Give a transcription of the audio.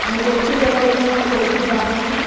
আমি কলসির কথা বলছিলাম কলসির দাম কেমন